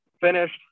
finished